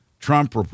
Trump